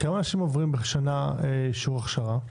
כמה אנשים בשנה עוברים אישור הכשרה?